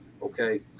Okay